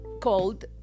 called